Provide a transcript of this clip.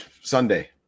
Sunday